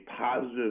positive